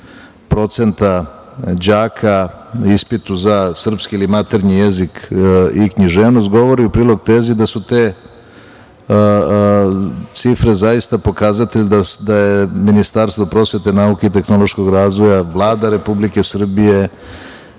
98,55% đaka ispitu za srpski ili maternji jezik i književnost govori u prilog tezi da su te cifre zaista pokazatelj da je Ministarstvo prosvete, nauke i tehnološkog razvoja, Vlada Republike Srbije,